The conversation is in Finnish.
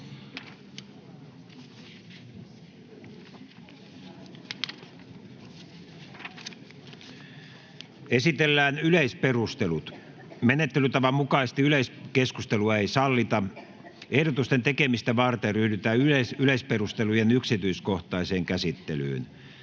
Esitellään yleisperustelut. Menettelytavan mukaisesti yleiskeskustelua ei sallita. Ehdotusten tekemistä varten ryhdytään yleisperustelujen yksityiskohtaiseen käsittelyyn.